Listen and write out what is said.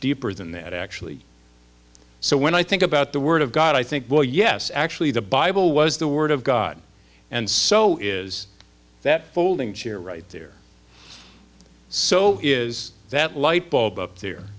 deeper than that actually so when i think about the word of god i think well yes actually the bible was the word of god and so is that folding chair right there so is that light bulb up there